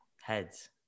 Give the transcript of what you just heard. Heads